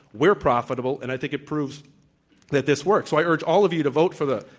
we're profitable. and i think it proves that this works. so i urge all of you to vote for the,